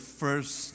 first